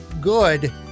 good